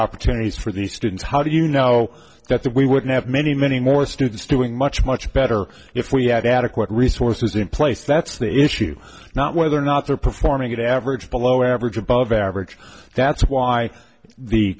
opportunities for these students how do you know that that we wouldn't have many many more students doing much much better if we had adequate resources in place that's the issue not whether or not they're performing at average below average or above average that's why the